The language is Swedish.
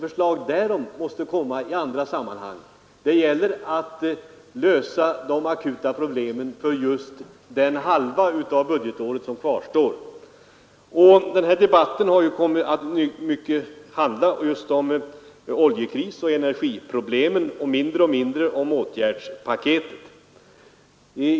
Förslag därom måste komma i andra sammanhang; nu gäller det att lösa de akuta problemen för just den halva av budgetåret som kvarstår. Den här debatten har i allt högre grad kommit att handla just om oljekrisen och energiproblemen och mindre och mindre om åtgärdspaketet.